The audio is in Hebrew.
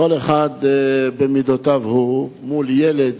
כל אחד במידותיו הוא, מול ילד,